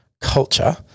culture